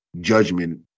judgment